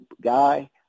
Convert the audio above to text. guy